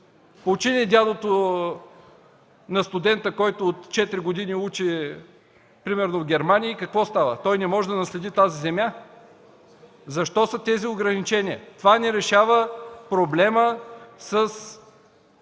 Почине дядото на студента, който от четири години учи, примерно в Германия, и какво става? Той не може да наследи тази земя ли? Защо са тези ограничения? Това не решава проблема с